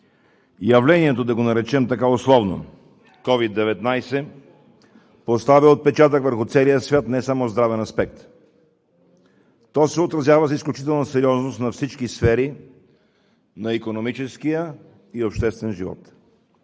Явлението – да го наречем така условно, COVID-19, поставя отпечатък върху целия свят не само в здравен аспект. То се отразява с изключителна сериозност на всички сфери на икономическия и обществен живот,